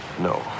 No